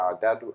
Dad